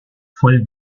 fue